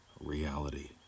reality